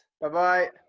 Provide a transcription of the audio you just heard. Bye-bye